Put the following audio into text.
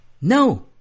No